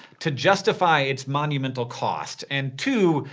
to justify its monumental cost. and two,